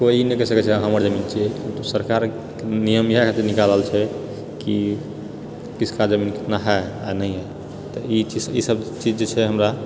कोइ ई नहि कहि सकैत छै हमर जमीन छियै ई सरकारके नियम इहए निकालल छै कि किसका जमीन कितना है आ नही है तऽ ई सब चीज जे छै हमरा